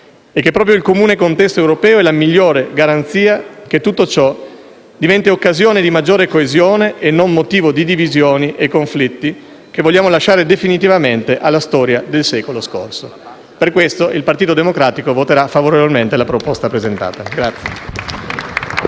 Proprio il comune contesto europeo è la migliore garanzia che tutto ciò diventi occasione di maggiore coesione e non motivo di divisioni e conflitti, che vogliamo lasciare definitivamente alla storia del secolo scorso. Per questo il Partito Democratico voterà a favore della proposta al nostro esame.